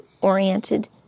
oriented